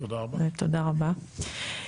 ותודה רבה.